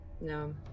No